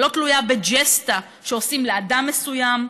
שלא תלויה בג'סטה שעושים לאדם מסוים.